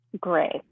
great